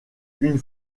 une